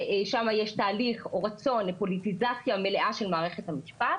שם יש תהליך או רצון לפוליטיזציה מלאה של מערכת המשפט,